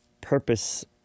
purpose